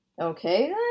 Okay